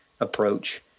approach